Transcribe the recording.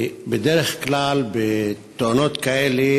בדרך כלל, בתאונות כאלה